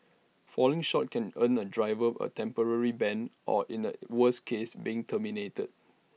falling short can earn A driver A temporary ban or in A worse case being terminated